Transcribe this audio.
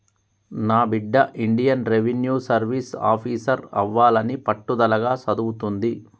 నా బిడ్డ Indian revenue service officer అవ్వాలని పట్టుదలగా సదువుతుంది